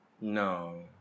No